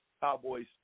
Cowboys